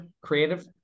Creative